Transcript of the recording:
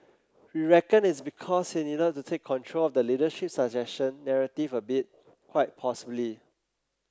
we reckon it's because he needed to take control of the leadership succession narrative a bit quite possibly